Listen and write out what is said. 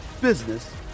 business